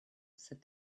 said